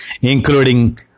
including